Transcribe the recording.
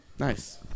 Nice